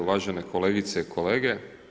Uvažene kolegice i kolege.